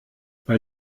bei